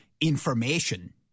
information